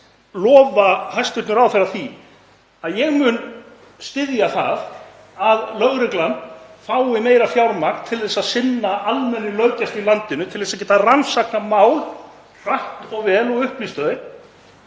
lofa hæstv. ráðherra því að ég mun styðja það að lögreglan fái meira fjármagn til að sinna almennri löggæslu í landinu til að hún geti rannsakað mál hratt og vel og upplýst þau